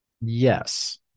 Yes